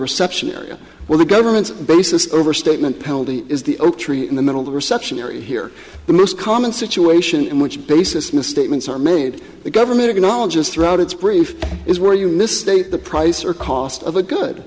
reception area where the government basis over statement penalty is the ok in the middle of the reception area here the most common situation in which basis misstatements are made the government acknowledges throughout its brief is where you miss the price or cost of a good